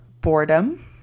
boredom